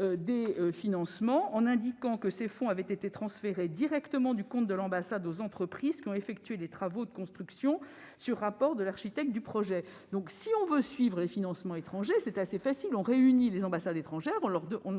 des financements accordés en indiquant que les fonds avaient été transférés directement du compte de l'ambassade vers les entreprises qui ont effectué les travaux de construction sur rapport de l'architecte du projet. Si l'on veut suivre les financements étrangers, c'est assez facile : il suffit de réunir les ambassades étrangères et de